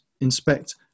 inspect